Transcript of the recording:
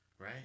right